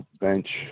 bench